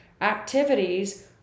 activities